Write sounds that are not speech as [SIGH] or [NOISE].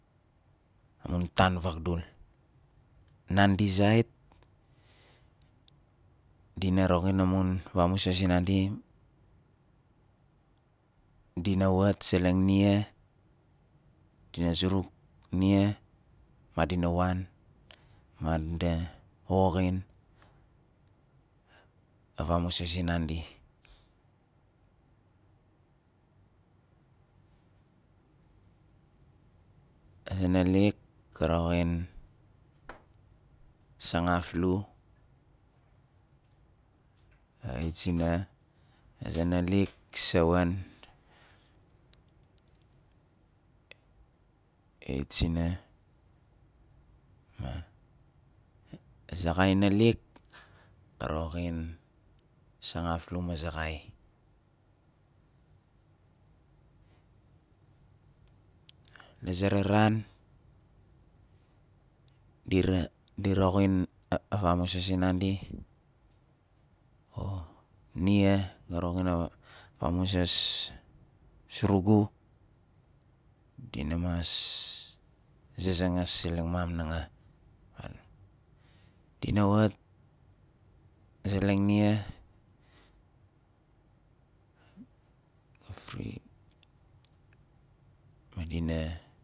Amun tan vagdul nandi zait di na roxin amun vamusas sinandi di na wat seleng nia di na zuruk nia madina wan madina woxin a vamusas sindandi a za nalik ka roxin sangaflu [UNINTELLIGIBLE] sina a za nalik seven eight sina ma a zaxai nalik ka roxin sangaflu ma zaxai la zera ran di ra- roxin a- a vamusas sindandi or nia ga roxin a- a vamusas surugu di na mas zazangas seleng mam nanga di na wat zeleng nia ga free ma diva